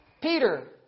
Peter